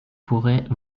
pourrait